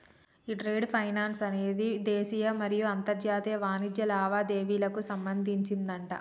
ఈ trade finance అనేది దేశీయ మరియు అంతర్జాతీయ వాణిజ్య లావాదేవీలకు సంబంధించిందట